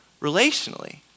relationally